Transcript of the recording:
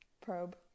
probe